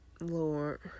lord